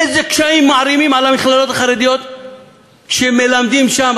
איזה קשיים מערימים על המכללות החרדיות כשמלמדים שם?